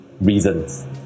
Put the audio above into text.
reasons